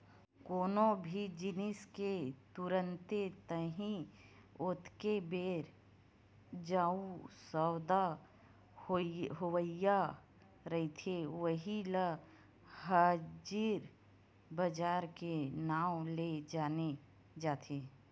कोनो भी जिनिस के तुरते ताही ओतके बेर जउन सौदा होवइया रहिथे उही ल हाजिर बजार के नांव ले जाने जाथे